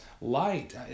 light